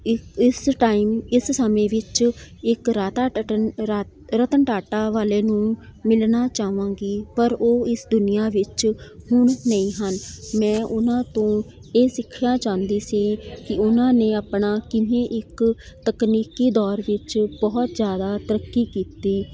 ਇ ਇਸ ਟਾਈਮ ਇਸ ਸਮੇਂ ਵਿੱਚ ਇੱਕ ਰਾਤਾ ਟਟਨ ਰ ਰਤਨ ਟਾਟਾ ਵਾਲੇ ਨੂੰ ਮਿਲਣਾ ਚਾਹਵਾਂਗੀ ਪਰ ਉਹ ਇਸ ਦੁਨੀਆਂ ਵਿੱਚ ਹੁਣ ਨਹੀਂ ਹਨ ਮੈਂ ਉਹਨਾਂ ਤੋਂ ਇਹ ਸਿੱਖਣਾ ਚਾਂਦੀ ਸੀ ਕਿ ਉਨ੍ਹਾਂ ਨੇ ਆਪਣਾ ਕਿਵੇਂ ਇੱਕ ਤਕਨੀਕੀ ਦੌਰ ਵਿੱਚ ਬਹੁਤ ਜ਼ਿਆਦਾ ਤਰੱਕੀ ਕੀਤੀ